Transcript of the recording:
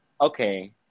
Okay